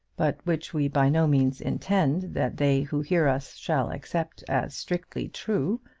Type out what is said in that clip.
but which we by no means intend that they who hear us shall accept as strictly true,